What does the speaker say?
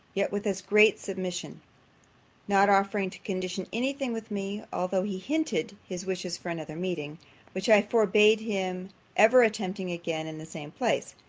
yet with as great submission not offering to condition any thing with me although he hinted his wishes for another meeting which i forbad him ever attempting again in the same place.